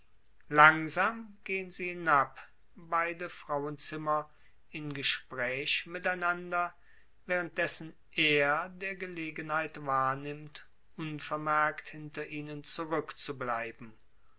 langsam gehen sie hinab beide frauenzimmer in gespräch miteinander währenddessen er der gelegenheit wahrnimmt unvermerkt hinter ihnen zurückzubleiben